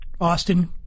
Austin